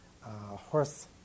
horse